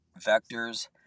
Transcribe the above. vectors